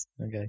Okay